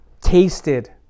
tasted